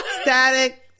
Static